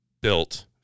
built